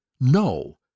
No